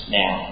now